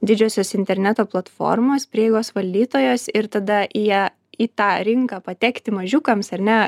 didžiosios interneto platformos prieigos valdytojos ir tada į ją į tą rinką patekti mažiukams ar ne